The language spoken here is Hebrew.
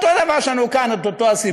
אותו דבר יש לנו כאן, אותו סיפור,